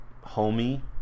homey